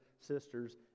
sisters